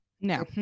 No